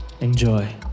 Enjoy